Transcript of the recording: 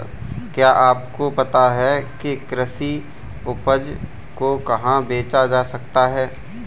क्या आपको पता है कि कृषि उपज को कहाँ बेचा जा सकता है?